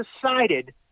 decided